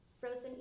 frozen